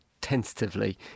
tentatively